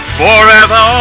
forever